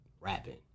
rapping